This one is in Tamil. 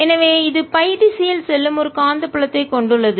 எனவே இது Φ திசையில் செல்லும் ஒரு காந்தப்புலத்தைக் கொண்டுள்ளது